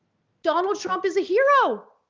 donald trump is a hero.